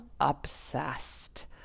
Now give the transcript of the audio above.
obsessed